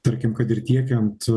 tarkim kad ir tiekiant